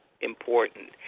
important